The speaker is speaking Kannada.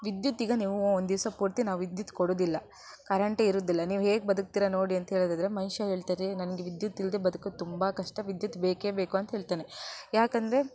ವಿದ್ಯುತ್ ಈಗ ನೀವು ಒಂದು ದಿವಸ ಪೂರ್ತಿ ನಾವು ವಿದ್ಯುತ್ ಕೊಡುವುದಿಲ್ಲ ಕರೆಂಟ್ ಇರುವುದಿಲ್ಲ ನೀವು ಹೇಗೆ ಬದುಕ್ತೀರಾ ನೋಡಿ ಅಂತ್ಹೇಳೋದಾದ್ರೆ ಮನುಷ್ಯ ಹೇಳ್ತಾರೆ ನನಗೆ ವಿದ್ಯುತ್ತಿಲ್ಲದೇ ಬದುಕೋಕೆ ತುಂಬ ಕಷ್ಟ ವಿದ್ಯುತ್ ಬೇಕೇ ಬೇಕು ಅಂತ್ಹೇಳ್ತಾನೆ ಯಾಕೆಂದ್ರೆ